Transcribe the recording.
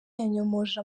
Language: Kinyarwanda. yanyomoje